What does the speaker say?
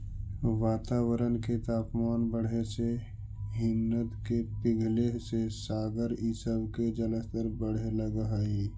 वातावरण के तापमान बढ़े से हिमनद के पिघले से सागर इ सब के जलस्तर बढ़े लगऽ हई